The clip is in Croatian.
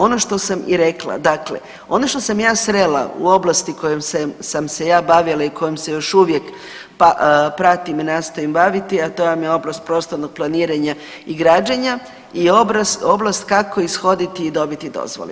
Ono što sam i rekla, dakle ono što sam ja srela u oblasti kojom sam se ja bavila i kojom se još uvijek pratim i nastojim baviti, a to vam je oblast prostornog planiranja i građenja i oblast kako ishoditi i dobiti dozvole.